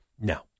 no